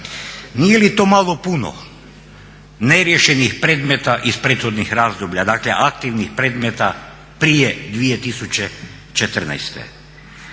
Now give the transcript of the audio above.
Nije li to malo puno neriješenih predmeta iz prethodnih razdoblja, dakle aktivnih predmeta prije 2014.